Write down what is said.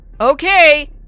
okay